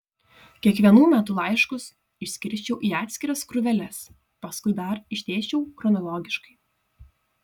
kiekvienų metų laiškus išskirsčiau į atskiras krūveles paskui dar išdėsčiau chronologiškai